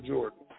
Jordan